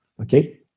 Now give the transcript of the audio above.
Okay